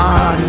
on